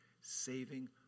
saving